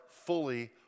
fully